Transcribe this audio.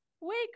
wake